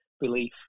belief